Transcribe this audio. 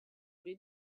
did